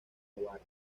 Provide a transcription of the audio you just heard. barrios